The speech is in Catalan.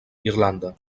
irlanda